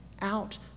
out